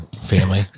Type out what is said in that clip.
Family